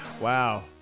Wow